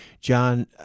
John